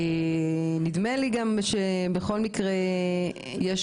נדמה לי שבכל מקרה יש